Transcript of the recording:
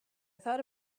thought